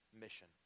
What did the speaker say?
mission